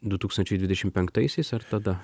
du tūkstančiai dvidešim penktaisiais ar tada